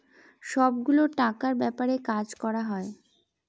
সব গুলো টাকার ব্যাপারে কাজ করা হয়